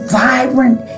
vibrant